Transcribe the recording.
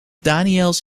daniels